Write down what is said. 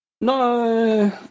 No